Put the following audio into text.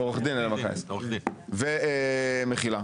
מחילה.